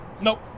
nope